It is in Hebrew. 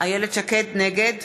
נגד